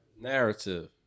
narrative